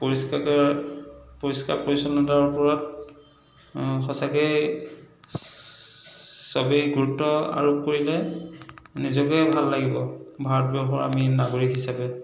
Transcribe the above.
পৰিষ্কাৰকৈ পৰিষ্কাৰ পৰিচ্ছন্নতাৰ ওপৰত সঁচাকেই চবেই গুৰুত্ব আৰোপ কৰিলে নিজকে ভাল লাগিব ভাৰতবৰ্ষৰ আমি নাগৰিক হিচাপে